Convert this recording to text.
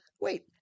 Wait